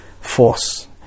force